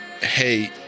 hey